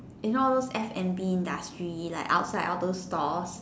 in all those F&B industries like outside all those stalls